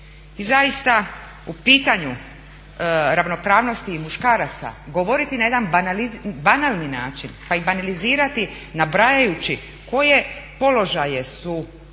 I zaista u pitanju ravnopravnosti muškaraca govoriti na jedan banalni način pa i banalizirati nabrajajući koje položaje su određene